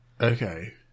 Okay